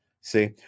see